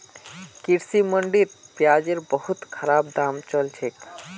कृषि मंडीत प्याजेर बहुत खराब दाम चल छेक